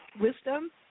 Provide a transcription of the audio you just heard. wisdom